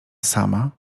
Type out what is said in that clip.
sama